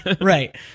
Right